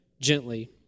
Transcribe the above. gently